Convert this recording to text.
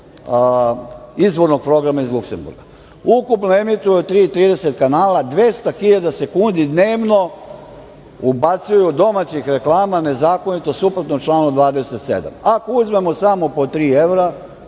izvornog programa iz Luksemburga. Ukupno emituju 33 kanala 200.000 sekundi dnevno, ubacuju domaće reklame, nezakonito i suprotno članu 27. Ako uzmemo samo po tri evra,